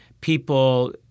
people –